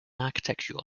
architectural